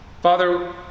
Father